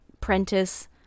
Prentice